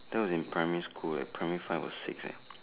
that was in primary school eh primary five or six eh